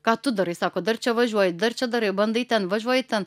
ką tu darai sako dar čia važiuoji dar čia darai bandai ten važiuoji ten